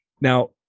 Now